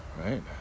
right